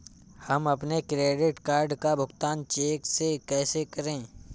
हम अपने credit card का भुगतान चेक से कैसे करें?